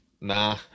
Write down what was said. Nah